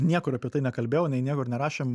niekur apie tai nekalbėjau nei niekur nerašėm